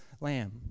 lamb